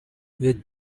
with